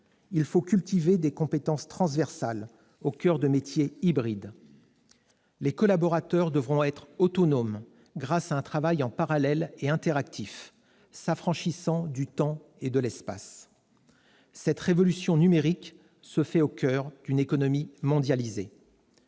Il faut cultiver des compétences transversales au coeur de métiers hybrides. Les collaborateurs devront être autonomes grâce à un travail en parallèle et interactif, s'affranchissant du temps et de l'espace. Cette révolution numérique se fait au coeur d'une économie mondialisée.